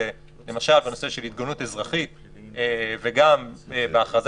למשל בנושא של התגוננות אזרחית וגם בהכרזה